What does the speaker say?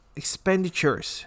expenditures